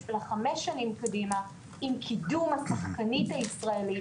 ל-5 שנים קדימה עם קידום השחקנית הישראלית,